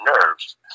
nerves